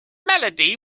melody